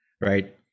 Right